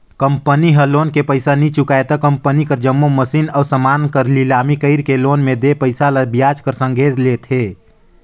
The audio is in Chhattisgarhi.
कंपनी ह लोन के पइसा नी चुकाय त कंपनी कर जम्मो मसीन अउ समान मन कर लिलामी कइरके लोन में देय पइसा ल बियाज कर संघे लेथे